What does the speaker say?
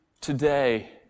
today